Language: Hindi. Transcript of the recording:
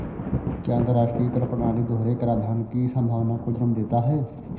क्या अंतर्राष्ट्रीय कर प्रणाली दोहरे कराधान की संभावना को जन्म देता है?